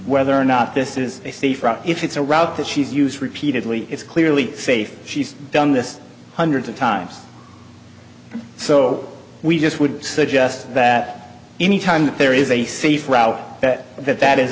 whether or not this is a safe route if it's a route that she's used repeatedly it's clearly safe she's done this hundreds of times so we just would suggest that anytime there is a safe route that that that is